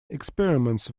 experiments